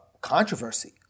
controversy